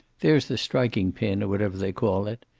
there's the striking pin, or whatever they call it.